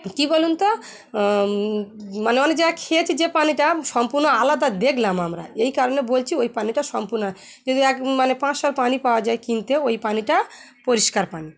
কী বলুন তো মানে অনেক জায়গায় খেয়েছি যে পানিটা সম্পূর্ণ আলাদা দেখলাম আমরা এই কারণে বলছি ওই পানিটা সম্পূর্ণ যদি এক মানে পাঁচশোর পানি পাওয়া যায় কিনতে ওই পানিটা পরিষ্কার পানি